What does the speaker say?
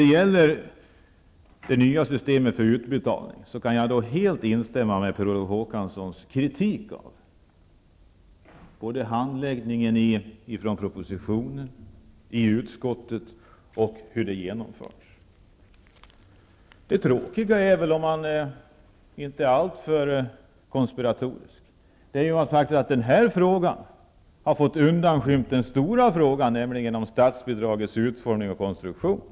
Jag instämmer helt i Per Olof Håkanssons kritik mot de nya systemet för utbetalning. Det gäller handläggningen i propositionen, i utskottet och hur systemet skall genomföras. Om man inte är alltför konspiratorisk kan man konstatera att det tråkiga är att detta har lyckats skymma den stora frågan, nämligen om statsbidragets utformning och konstruktion.